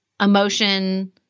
emotion